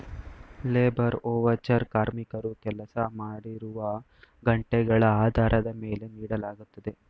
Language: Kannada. ಲೇಬರ್ ಓವಚರ್ ಕಾರ್ಮಿಕರು ಕೆಲಸ ಮಾಡಿರುವ ಗಂಟೆಗಳ ಆಧಾರದ ಮೇಲೆ ನೀಡಲಾಗುತ್ತದೆ